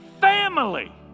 family